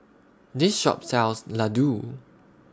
This Shop sells Ladoo